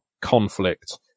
conflict